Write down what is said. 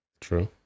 True